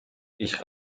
ich